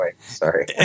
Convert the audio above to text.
sorry